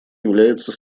является